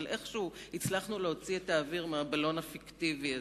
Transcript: אבל איכשהו הצלחנו להוציא את האוויר מהבלון הפיקטיבי הזה.